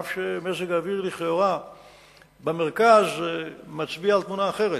אף שמזג האוויר במרכז מצביע לכאורה על תמונה אחרת.